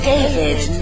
David